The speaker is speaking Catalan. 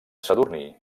sadurní